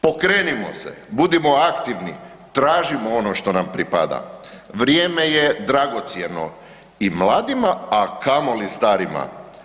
Pokrenimo se, budimo aktivni, tražimo ono što nam pripada, vrijeme je dragocjeno i mladima, a kamoli starima.